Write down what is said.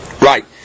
Right